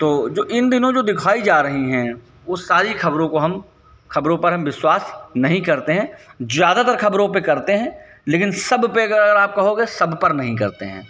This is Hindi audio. तो जो इन दिनों जो दिखाई जा रही है वो सारी खबरों को हम खबरों पर हम विश्वास नहीं करते हैं ज़्यादातर खबरों पर करते हैं लेकिन सब पे अगर आप कहोगे सब पर नहीं करते हैं